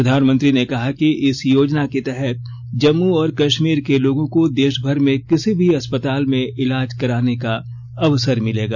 प्रधानमंत्री ने कहा कि इस योजना के तहत जम्मू और कश्मीर के लोगों को देश भर में किसी भी अस्पताल में इलाज कराने का अवसर मिलेगा